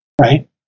right